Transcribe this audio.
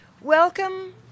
Welcome